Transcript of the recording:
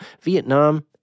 Vietnam